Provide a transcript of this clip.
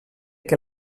que